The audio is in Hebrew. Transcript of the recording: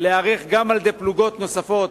להיערך גם על-ידי פלוגות נוספות,